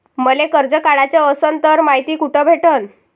मले कर्ज काढाच असनं तर मायती कुठ भेटनं?